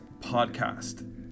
Podcast